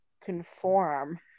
conform